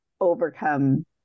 overcome